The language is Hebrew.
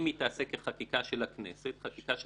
אם היא תעשה כחקיקה של הכנסת חקיקה של